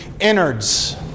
innards